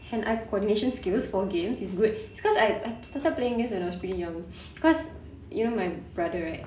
hand eye coordination skills for games is good because I I started playing games when I was pretty young cause you know my brother right